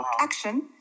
action